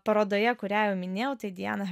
parodoje kurią jau minėjau tai diana